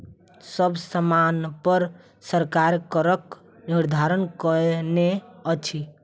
सब सामानपर सरकार करक निर्धारण कयने अछि